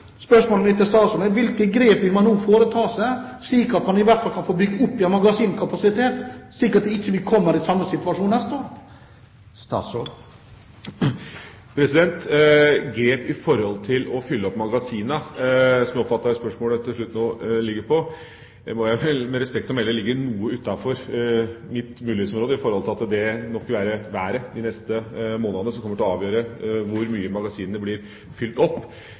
Spørsmålet mitt til statsråden er: Hvilke grep vil man nå foreta seg slik at man i hvert fall kan få bygd opp igjen magasinenes kapasitet, slik at vi ikke kommer i samme situasjon neste år? Å ta grep for å fylle opp magasinene – det oppfattet jeg at spørsmålet til slutt landet på – må jeg, med respekt å melde, si ligger noe utenfor mitt mulighetsområde. Det vil nok være været de neste månedene som kommer til å avgjøre hvor mye magasinene blir fylt opp.